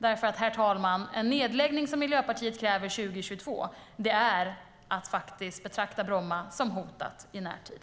Den nedläggning 2022 som Miljöpartiet kräver gör att Bromma faktiskt är att betrakta som hotad i närtid.